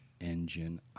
engine